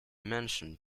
mentioned